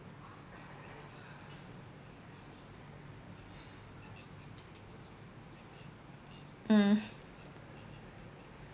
mm